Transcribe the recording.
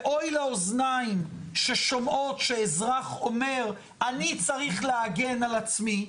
ואוי לאוזניים ששומעות שאזרח אומר אני צריך להגן על עצמי.